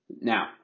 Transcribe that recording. now